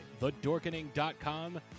thedorkening.com